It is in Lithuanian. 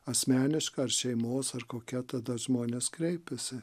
asmeniška ar šeimos ar kokia tada žmonės kreipiasi